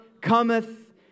cometh